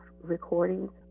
recordings